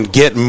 get